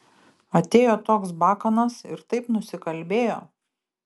atėjo toks bakanas ir taip nusikalbėjo